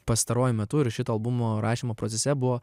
pastaruoju metu ir šito albumo rašymo procese buvo